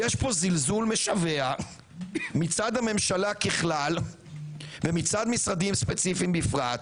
יש פה זלזול משווע מצד הממשלה ככלל ומצד משרדים ספציפיים בפרט,